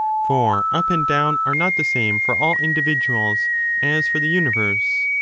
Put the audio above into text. for up and down are not the same for all individuals as for the universe.